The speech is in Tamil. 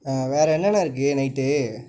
வேறு என்னண்ணே இருக்குது நைட்டு